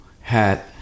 hat